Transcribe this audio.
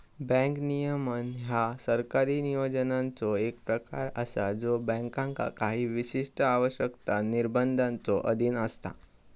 bank नियमन ह्या सरकारी नियमांचो एक प्रकार असा ज्यो बँकांका काही विशिष्ट आवश्यकता, निर्बंधांच्यो अधीन असता